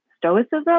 Stoicism